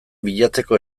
bilatzeko